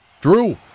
Drew